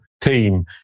team